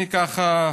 אני, ככה,